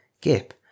Gip